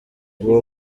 uwo